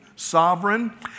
Sovereign